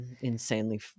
insanely